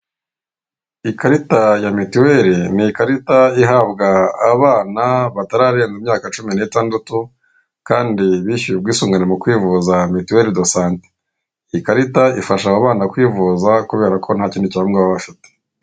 Ikarita ya mituwere n'ikarita ihabwa abana batararenza imyaka cumi n'itandatu kandi bishyuye ubwisungane mu kwivuza "MUTUELLE DE SANTE" iyi karita ifasha aba bana kwivuza kubera ko ntakindi cyangombwa baba bafite.